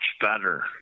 better